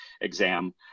exam